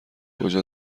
کجا